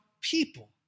people